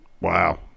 Wow